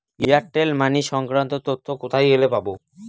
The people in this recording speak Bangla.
এয়ারটেল মানি সংক্রান্ত তথ্য কোথায় গেলে পাব?